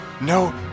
No